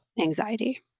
anxiety